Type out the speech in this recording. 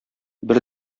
бер